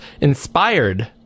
inspired